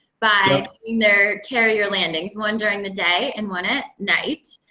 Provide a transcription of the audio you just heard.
by their carrier landings. one during the day, and one at night.